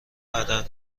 عرق